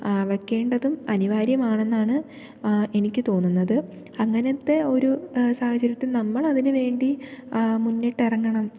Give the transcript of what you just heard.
വെക്കേണ്ടതും അനിവാര്യമാണെന്നാണ് എനിക്ക് തോന്നുന്നത് അങ്ങനത്തെ ഒരു സാഹചര്യത്തിൽ നമ്മളതിനു വേണ്ടി മുന്നിട്ടിറങ്ങണം